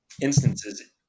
instances